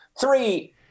three